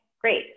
great